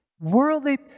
Worldly